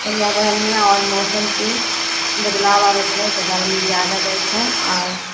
पर्यावरणमे आओर मौसम कि बदलाव आबै छै तऽ गरमी जादा दै छै आओर फिर